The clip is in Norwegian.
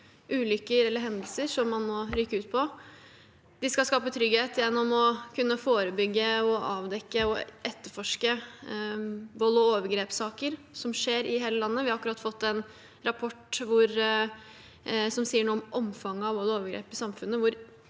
ulykker eller hendelser som man må rykke ut på. Vi skal skape trygghet gjennom å kunne forebygge, avdekke og etterforske vold og overgrepssaker som skjer i hele landet. Vi har akkurat fått en rapport som sier noe om omfanget av vold og overgrep i samfunnet,